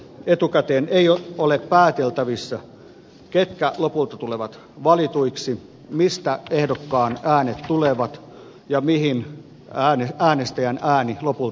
etukäteen ei ole pääteltävissä ketkä lopulta tulevat valituiksi mistä ehdokkaan äänet tulevat ja mihin äänestäjän ääni lopulta päätyy